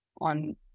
on